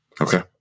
Okay